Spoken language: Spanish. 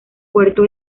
puerto